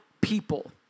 people